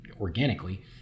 organically